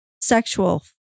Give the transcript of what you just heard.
Sexual